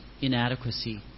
inadequacy